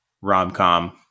rom-com